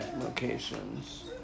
Locations